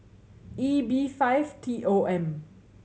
E B five T O M